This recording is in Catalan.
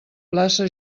plaça